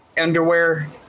underwear